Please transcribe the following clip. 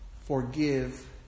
forgive